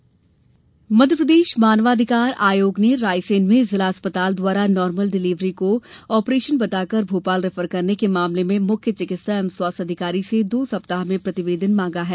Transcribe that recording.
मानव अधिकार आयोग मध्यप्रदेश मानव अधिकार आयोग ने रायसेन में जिला अस्पताल द्वारा नार्मल डिलेवरी को आपरेशन बताकर भोपाल रेफर करने के मामले में मुख्य चिकित्सा एवं स्वास्थ्य अधिकारी से दो सप्ताह में प्रतिवेदन मांगा है